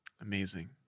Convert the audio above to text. amazing